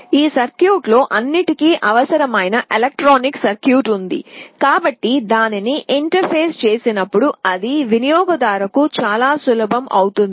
ఈ సర్క్యూట్లో అవసరమైన అన్ని ఎలక్ట్రానిక్ సర్క్యూట్ ఉంది కాబట్టి మీరు దానిని ఇంటర్ఫేస్ చేసినప్పుడు ఇది వినియోగదారుకు చాలా సులభం అవుతుంది